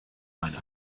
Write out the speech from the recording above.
meine